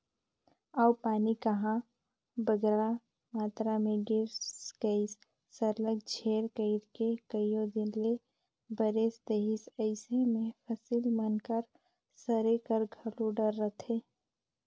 अउ पानी कहांे बगरा मातरा में गिर गइस सरलग झेर कइर के कइयो दिन ले बरेस देहिस अइसे में फसिल मन कर सरे कर घलो डर रहथे